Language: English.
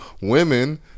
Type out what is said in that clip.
women